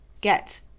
get